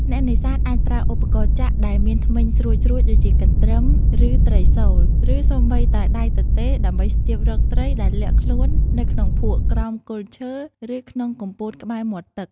អ្នកនេសាទអាចប្រើឧបករណ៍ចាក់ដែលមានធ្មេញស្រួចៗ ដូចជាកន្ទ្រឹម ឬត្រីសូល ឬសូម្បីតែដៃទទេដើម្បីស្ទាបរកត្រីដែលលាក់ខ្លួននៅក្នុងភក់ ក្រោមគល់ឈើ ឬក្នុងគុម្ពោតក្បែរមាត់ទឹក។